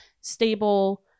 stable